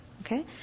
Okay